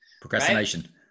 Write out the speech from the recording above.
Procrastination